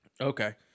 Okay